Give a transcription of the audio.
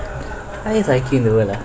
like